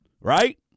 Right